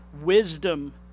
wisdom